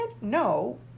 No